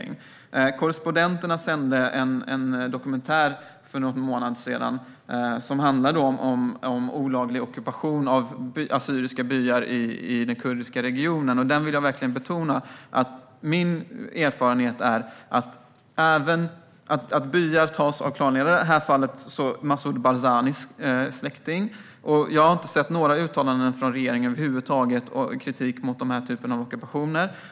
I Korrespondenterna visades en dokumentär för någon månad sedan som handlade om olaglig ockupation av assyriska byar i den kurdiska regionen. Byar tas av klanledare, i det här fallet Massoud Barzanis släkting. Jag har inte hört några uttalanden från regeringen över huvud taget med kritik mot den typen av ockupationer.